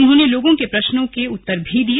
उन्होंने लोगों के प्रश्नों के उत्तर भी दिए